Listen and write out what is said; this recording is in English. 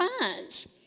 minds